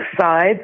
sides